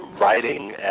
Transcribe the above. writing